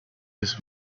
his